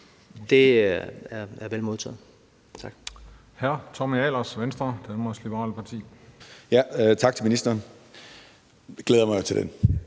Det er vel modtaget. Tak.